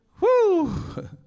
Woo